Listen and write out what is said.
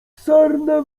sarna